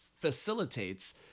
facilitates